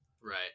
Right